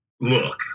Look